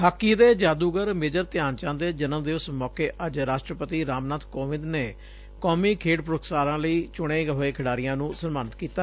hockey ਦੇ ਜਾਦੁਗਰ major Dhyan Chand ਦੇ ਜਨਮ ਦਿਵਸ ਮੌਕੇ ਅੱਜ ਰਾਸ਼ਟਰਪਤੀ ਰਾਮਨਾਥ ਕੋਵਿੰਦ ਨੇ ਕੋਮੀ ਖੇਡ ਪੁਰਸਕਾਰ ਲਈ ਚੁਣੇ ਹੋਏ ਖਿਡਾਰੀਆਂ ਨੂੰ ਸਨਮਾਨਿਤ ਕੀਤਾ